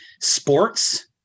sports